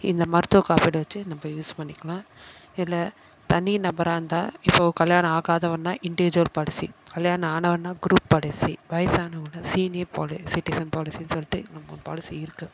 இந்த மருத்துவக் காப்பீடை வச்சு நம்ம யூஸ் பண்ணிக்கலாம் இதில் தனி நபராக இருந்தால் இப்போது கல்யாணம் ஆகாதவர்ன்னால் இண்டிஜுவல் பாலிசி கல்யாணம் ஆனவர்ன்னால் க்ரூப் பாலிசி வயசானவங்கன்னால் சீனியர் பாலி சிட்டிசன் பாலிசின்னு சொல்லிட்டு இன்னும் மூணு பாலிசி இருக்குது